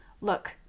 Look